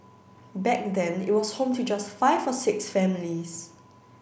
back then it was home to just five or six families